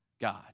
God